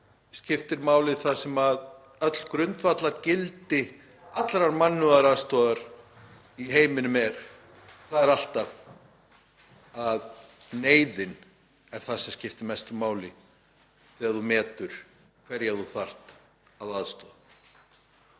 skiptir máli það sem öll grundvallargildi allrar mannúðaraðstoðar í heiminum er. Það er alltaf neyðin sem skiptir mestu máli þegar þú metur hverja þú þarft að aðstoða.